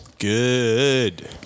Good